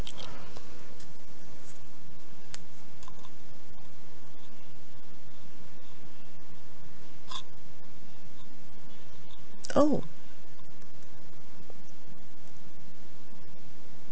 oh